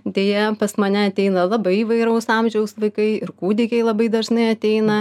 deja pas mane ateina labai įvairaus amžiaus vaikai ir kūdikiai labai dažnai ateina